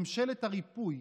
ממשלת הריפוי,